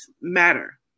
matter